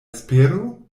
espero